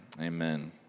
Amen